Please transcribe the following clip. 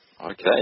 Okay